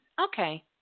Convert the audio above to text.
Okay